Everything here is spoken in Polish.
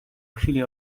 chwili